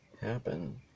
happen